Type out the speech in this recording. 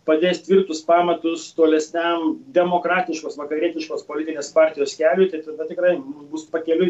padės tvirtus pamatus tolesniam demokratiškos vakarietiškos politinės partijos keliui tai tada tikrai bus pakeliui